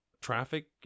traffic